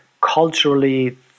culturally